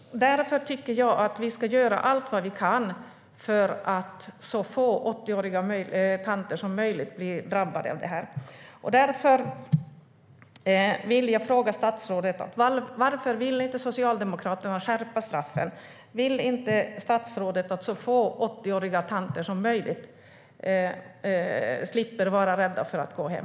Jag tycker att vi ska göra allt vad vi kan för att så få 80-åriga tanter som möjligt blir drabbade av detta. Därför vill jag fråga statsrådet: Varför vill inte Socialdemokraterna skärpa straffen? Vill inte statsrådet att så få 80-åriga tanter som möjligt ska slippa vara rädda för att gå hem?